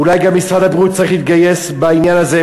אולי גם משרד הבריאות צריך להתגייס בעניין הזה,